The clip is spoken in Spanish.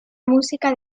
música